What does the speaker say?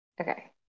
Okay